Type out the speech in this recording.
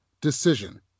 decision